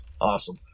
Awesome